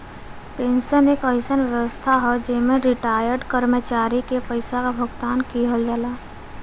pension एक अइसन व्यवस्था हौ जेमन रिटार्यड कर्मचारी के पइसा क भुगतान किहल जाला